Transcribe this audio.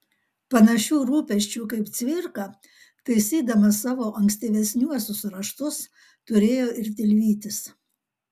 panašių rūpesčių kaip cvirka taisydamas savo ankstyvesniuosius raštus turėjo ir tilvytis